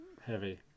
heavy